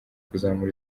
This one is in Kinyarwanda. kuzamura